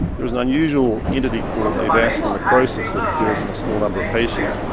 there was an unusual entity called avascular necrosis that occurs in a small number of patients,